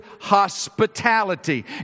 hospitality